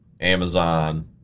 Amazon